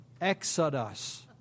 exodus